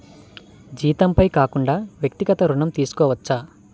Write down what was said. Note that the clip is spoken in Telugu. జీతంపై కాకుండా వ్యక్తిగత ఋణం తీసుకోవచ్చా?